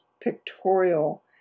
pictorial